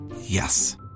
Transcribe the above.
Yes